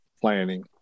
planning